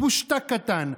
פושטק קטן.